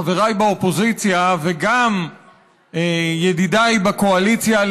חבריי באופוזיציה וגם ידידיי בקואליציה,